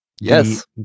Yes